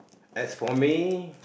as for me